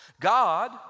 God